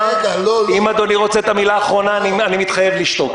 אני מתחייב לשתוק.